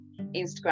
Instagram